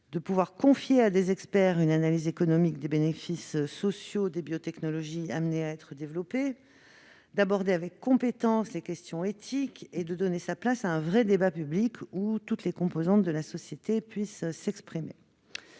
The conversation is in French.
de confier à des experts une analyse économique des bénéfices sociaux des biotechnologies amenées à être développées, d'aborder avec compétence les questions éthiques et de donner sa place à un vrai débat public dans le cadre duquel toutes les composantes de la société pourraient s'exprimer.